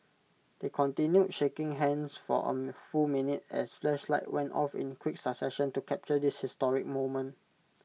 they continued shaking hands for A full minute as flashlights went off in quick succession to capture this historic moment